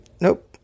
Nope